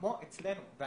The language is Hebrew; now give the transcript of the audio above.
אני